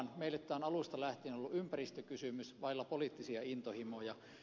meille tämä on alusta lähtien ollut ympäristökysymys vailla poliittisia intohimoja